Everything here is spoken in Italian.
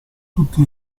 tutti